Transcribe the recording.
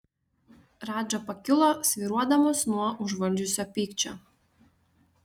radža pakilo svyruodamas nuo užvaldžiusio pykčio